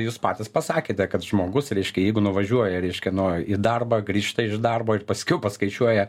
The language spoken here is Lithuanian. jūs patys pasakėte kad žmogus reiškia jeigu nuvažiuoja reiškia no į darbą grįžta iš darbo ir paskiau paskaičiuoja